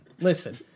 Listen